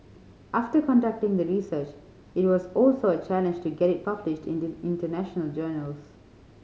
after conducting the research it was also a challenge to get it published in the international journals